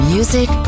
Music